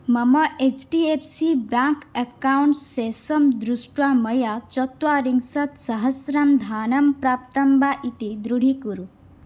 मम H D F C bank account शेषं दृष्ट्वा मया चत्वारिंशत् सहस्रं धनं प्राप्तं वा इति दृढीकुरु